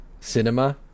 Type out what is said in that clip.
cinema